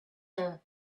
have